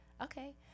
Okay